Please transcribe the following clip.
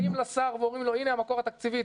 באים לשר ואומרים לו 'הנה המקור התקציבי,